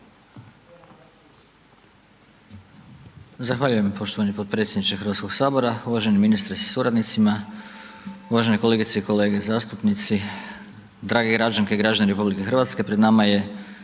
Zahvaljujem poštovani potpredsjedniče Hrvatskog sabora, uvaženi ministre sa suradnicima, uvažene kolegice i kolege zastupnici, drage građanke i građani RH, pred nama je